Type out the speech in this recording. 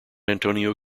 antonio